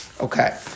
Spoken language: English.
Okay